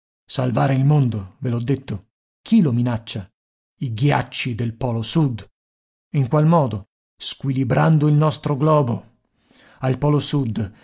salvare il mondo ve l'ho detto chi lo minaccia i ghiacci del polo sud in qual modo squilibrando il nostro globo al polo sud